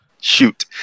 Shoot